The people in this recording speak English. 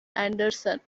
anderson